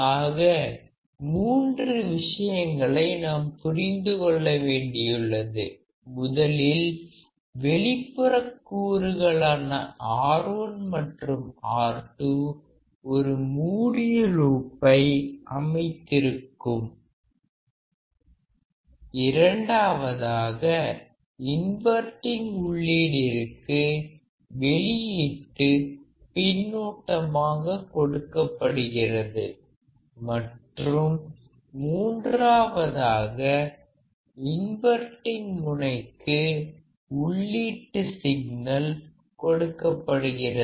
ஆக 3 விஷயங்களை நாம் புரிந்துகொள்ள வேண்டியுள்ளது முதலில் வெளிப்புறக் கூறுகளான R1 மற்றும் R2 ஒரு மூடிய லூப்பை அமைந்திருக்கும் இரண்டாவதாக இன்வர்டிங் உள்ளீடிற்கு வெளியீட்டு பின்னூட்டமாக கொடுக்கப்படுகிறது மற்றும் மூன்றாவதாக இன்வர்டிங் முனைக்கு உள்ளீட்டு சிக்னல் கொடுக்கப்படுகிறது